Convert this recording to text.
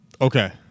Okay